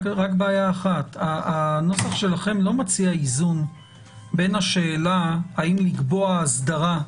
רק בעיה אחת: הנוסח שלכם לא מציע איזון בין השאלה האם לקבוע אסדרה,